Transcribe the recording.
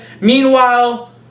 Meanwhile